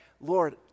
Lord